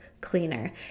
cleaner